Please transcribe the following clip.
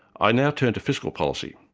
i now turn to fiscal policy.